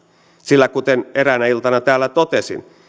sillä kuten eräänä iltana täällä totesin